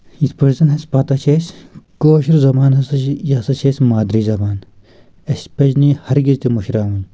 یتھ پٲٹھۍ زن حظ پتہ چھِ اسہ کٲشر زبان ہسا چھِ یہِ ہسا چھِ اسہِ مادٕری زبان اسہِ پزِ نہٕ یہِ ہرگز تہِ مشراوٕنۍ